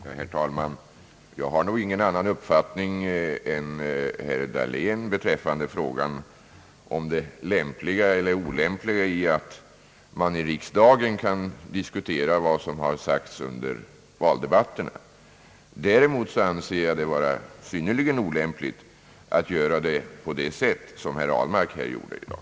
Herr talman! Jag har ingen annan uppfattning än herr Dahlén beträffande frågan om det lämpliga eller olämpliga i att man i riksdagen diskuterar vad som har sagts under valdebatten. Däremot anser jag det vara synnerligen olämpligt att göra det på det sätt som herr Ahlmark gjorde i dag.